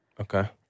Okay